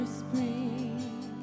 spring